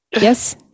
Yes